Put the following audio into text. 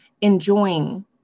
enjoying